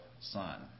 son